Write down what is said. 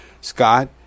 Scott